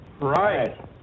Right